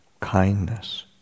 kindness